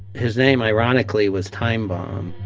his name, ironically, was time bomb